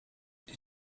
die